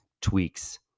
tweaks